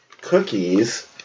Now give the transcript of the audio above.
cookies